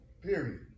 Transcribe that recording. Period